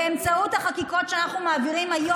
באמצעות החקיקות שאנחנו מעבירים היום,